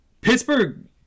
Pittsburgh